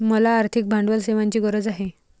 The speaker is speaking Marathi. मला आर्थिक भांडवल सेवांची गरज आहे